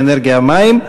האנרגיה והמים,